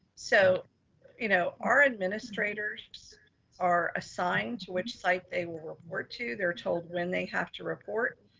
so you know our administrators are assigned to which site they will report to. they're told when they have to report,